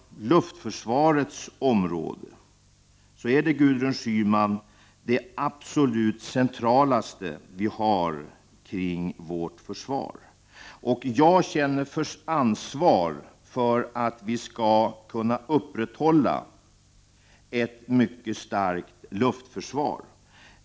Luftförsvaret är det absolut det mest centrala i vårt försvar. Jag känner ansvar för att vi skall kunna upprätthålla ett mycket starkt luftförsvar.